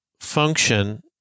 function